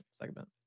segment